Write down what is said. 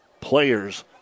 players